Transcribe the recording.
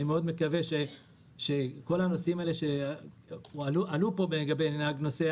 אני מקווה מאוד שכל הנושאים האלה שעלו פה לגבי יחסי נהג נוסע